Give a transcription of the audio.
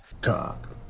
Cock